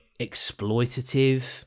exploitative